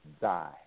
die